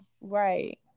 Right